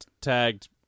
tagged